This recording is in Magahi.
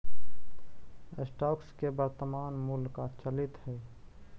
स्टॉक्स के वर्तनमान मूल्य का चलित हइ